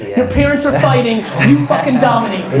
and parents are fighting, and you fucking dominate.